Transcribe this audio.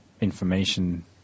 information